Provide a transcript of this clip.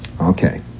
Okay